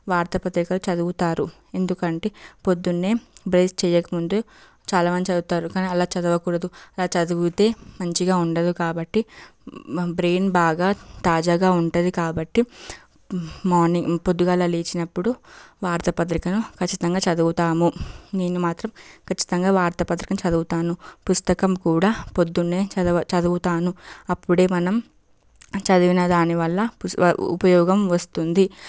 వార్తా పత్రికలు చదువుతారు ఎందుకంటే పొద్దున్నే బ్రష్ చేయకముందు చాలామంది చదువుతారు కానీ అలా చదవకూడదు అలా చదివితే మంచిగా ఉండదు కాబట్టి మన బ్రెయిన్ బాగా తాజాగా ఉంటుంది కాబట్టి మార్నింగ్ పొద్దుగాల లేచినప్పుడు వార్తా పత్రికను ఖచ్చితంగా చదువుతాము నేను మాత్రం ఖచ్చితంగా వార్త పత్రికని చదువుతాను పుస్తకం కూడా పొద్దున్నే చదవ చదువుతాను అప్పుడే మనం చదివిన దానివల్ల ఉపయోగం వస్తుంది